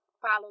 follow